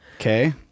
Okay